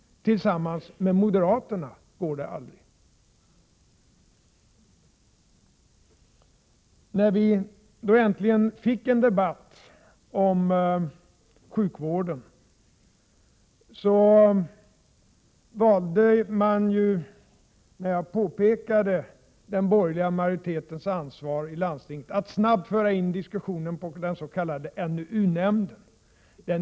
Tillsammans med moderaterna går det aldrig.” När vi äntligen fick en debatt om sjukvården och jag påpekade den borgerliga majoritetens ansvar i landstinget, valde man att snabbt föra in diskussionen på den s.k. NUU-nämnden.